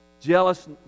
jealous